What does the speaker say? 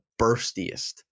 burstiest